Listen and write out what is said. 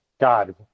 God